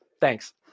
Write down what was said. Thanks